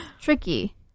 tricky